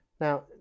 Now